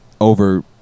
over